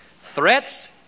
Threats